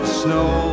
snow